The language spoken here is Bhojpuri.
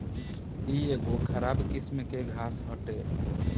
इ एगो खराब किस्म के घास हटे